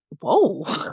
whoa